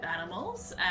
Animals